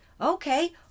Okay